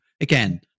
again